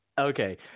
okay